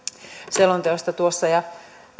selonteosta ja